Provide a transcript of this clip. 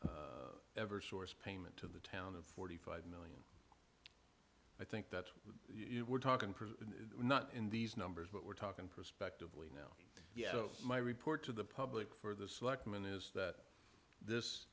the ever source payment to the town of forty five million i think that's what you were talking not in these numbers but we're talking prospectively my report to the public for the selectmen is that this